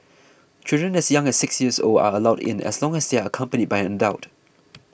children as young as six years old are allowed in as long as they are accompanied by an adult